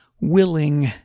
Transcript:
willing